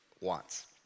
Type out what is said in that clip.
wants